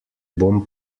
bom